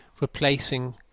replacing